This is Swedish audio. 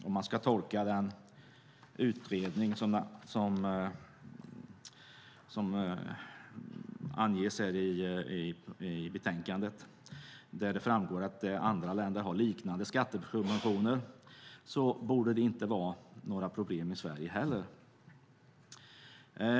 Så som jag tolkar den utredning som anges i betänkandet där det framgår att andra länder har liknande skattesubventioner borde det inte vara några problem i Sverige heller.